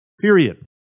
Period